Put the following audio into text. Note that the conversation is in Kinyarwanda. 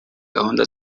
gahunda